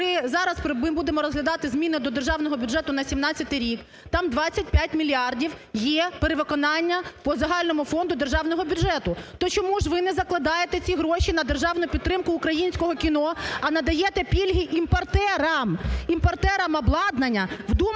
зараз ми будемо розглядати зміни до державного бюджету на 2017 рік, там 25 мільярдів є перевиконання по загальному фонду державного бюджету. То чому ж ви не закладаєте ці гроші на державну підтримку українського кіно, а надаєте пільги імпортерам, імпортерам обладнання? Вдумайтеся,